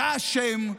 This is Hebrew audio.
אתה אשם.